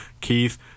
Keith